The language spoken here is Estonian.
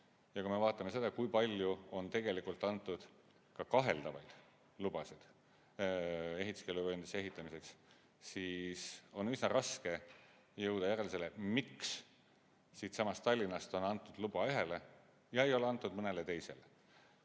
Ja kui me vaatame seda, kui palju on tegelikult antud ka kaheldavaid lubasid ehituskeeluvööndisse ehitamiseks, siis on üsna raske jõuda järeldusele, miks Tallinnast on antud luba ühele ja ei ole antud mõnele teisele.